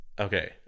Okay